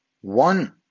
One